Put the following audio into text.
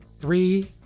three